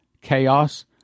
chaos